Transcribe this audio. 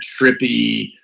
trippy